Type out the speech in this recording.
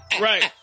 Right